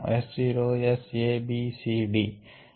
S zero S A B C D